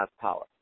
power